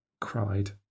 cried